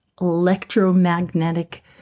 electromagnetic